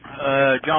John